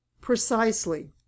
precisely